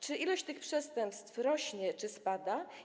Czy liczba tych przestępstw rośnie, czy spada?